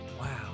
Wow